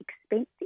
expensive